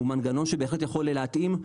הוא מנגנון שבהחלט יכול להתאים.